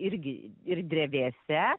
irgi ir drevėse